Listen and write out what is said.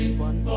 and one